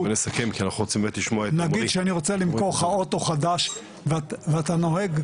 נגיד שאני רוצה למכור לך אוטו חדש ואתה נוהג,